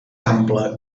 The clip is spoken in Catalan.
ample